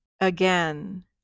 again